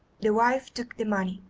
the wife took the money,